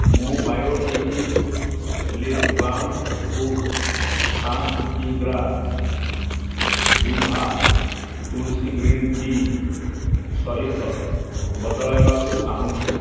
ମୁଁ ବାୟୋଟିକ୍ ଲିପ୍ବାମ୍କୁ ପାଞ୍ଚ କିଗ୍ରା ଦିଭା ତୁଲ୍ସୀ ଗ୍ରୀନ୍ ଟି ସହିତ ବଦଳାଇବାକୁ ଚାହୁଁଛି